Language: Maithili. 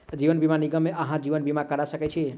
जीवन बीमा निगम मे अहाँ जीवन बीमा करा सकै छी